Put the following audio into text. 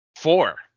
Four